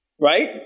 Right